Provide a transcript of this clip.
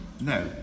No